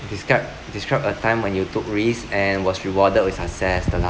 describe describe a time when you took risk and was rewarded with success the